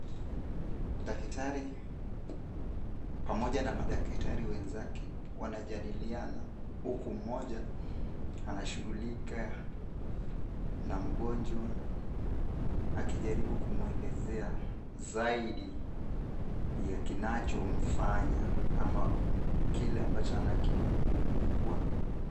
Daktari pamoja na madaktari wenzake wanajadiliana, huku mmoja anashughulika na mgonjwa akijaribu kumuelezea zaidi ya kinacho mfanya ama kile ambacho anakiugua.